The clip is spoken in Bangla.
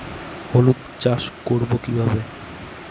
হলুদ চাষ করব কিভাবে?